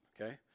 okay